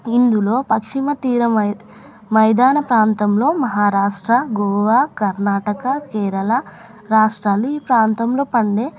ఇందులో పశ్చిమ తీర మైదాన ప్రాంతంలో మహారాష్ట్ర గోవా కర్ణాటక కేరళ రాష్ట్రాలు ఈ ప్రాంతంలో పండే